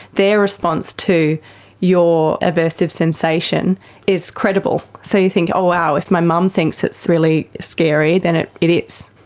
their response to your aversive sensation is credible. so you think, oh wow, if my mum thinks it's really scary, then it it is.